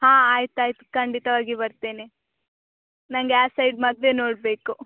ಹಾಂ ಆಯ್ತು ಆಯ್ತು ಖಂಡಿತವಾಗಿಯೂ ಬರ್ತೇನೆ ನನಗೆ ಆ ಸೈಡ್ ಮದುವೆ ನೋಡಬೇಕು